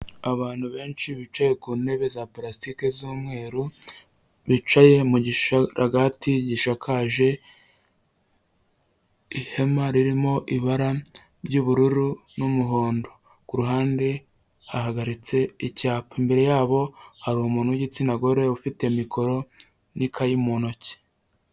Abantu benshi bicaye ku ntebe za palasitiki z'umweru, bicaye mu gisharagati gishakaje ihema ririmo ibara ry'ubururu n'umuhondo, kuruhande hahagaritse icyapa, imbere yabo hari umuntu w'igitsina gore ufite mikoro n'ikayi mu ntoki.